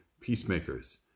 peacemakers